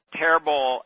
terrible